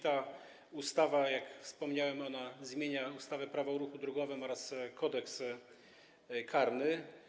Ta ustawa, jak wspomniałem, zmienia ustawę Prawo o ruchu drogowym oraz Kodeks karny.